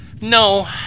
No